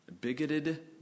bigoted